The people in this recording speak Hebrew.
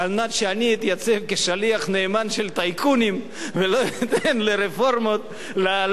שאני אתייצב כשליח נאמן של טייקונים ולא אתן לרפורמות לעלות